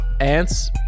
ants